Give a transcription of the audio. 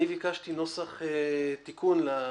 אני ביקשתי תיקון לנוסח.